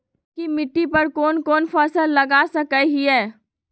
ललकी मिट्टी पर कोन कोन फसल लगा सकय हियय?